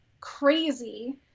crazy